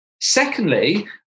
Secondly